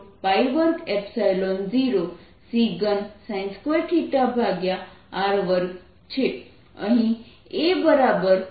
અહીં ad2xdt2 છે જે 2Asinωt બનશે